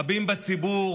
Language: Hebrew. רבים בציבור,